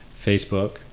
Facebook